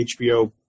HBO